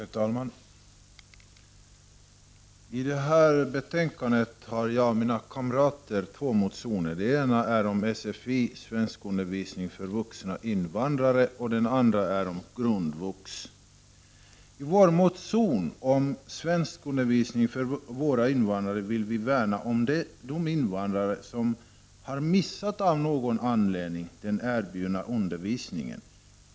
Herr talman! I detta betänkande har jag och mina partikamrater två motioner. Den ena gäller sfi — svenskundervisning för vuxna invandrare —, och den andra gäller grundvux. I motionen om svenskundervisning för invandrare vill vi värna om de invandrare som av någon anledning har missat den erbjudna undervisningen.